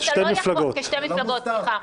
כשתי מפלגות, סליחה.